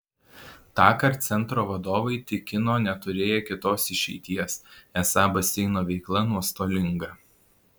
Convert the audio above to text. tąkart centro vadovai tikino neturėję kitos išeities esą baseino veikla nuostolinga